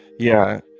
yeah,